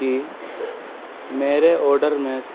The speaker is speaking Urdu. کہ میرے آڈر میں سے